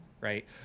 right